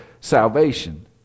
salvation